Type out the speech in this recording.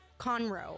Conroe